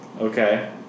Okay